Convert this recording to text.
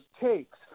takes